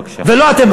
בבקשה.